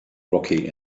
rocky